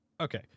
okay